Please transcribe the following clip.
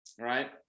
right